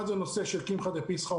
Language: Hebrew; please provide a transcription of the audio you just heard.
אחד נושא קמחא דפסחא.